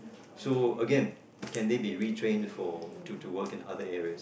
so again can they be retrain for to to work in other areas